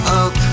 up